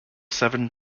seven